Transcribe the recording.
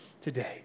today